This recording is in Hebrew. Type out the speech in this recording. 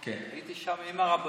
הייתי שם עם הרבנות,